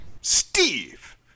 Steve